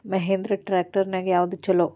Mahindra tractor ನ್ಯಾಗ ಯಾವ್ದ ಛಲೋ?